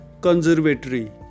Conservatory